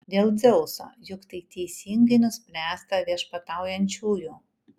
dėl dzeuso juk tai teisingai nuspręsta viešpataujančiųjų